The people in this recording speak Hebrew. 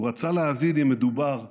הוא רצה להבין אם מדובר בנוטרה,